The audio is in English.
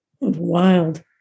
Wild